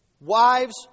wives